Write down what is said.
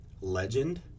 legend